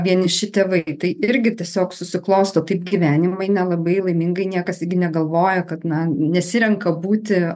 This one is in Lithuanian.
vieniši tėvai tai irgi tiesiog susiklosto taip gyvenimai nelabai laimingai niekas negalvoja kad na nesirenka būti